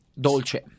Dolce